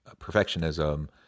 perfectionism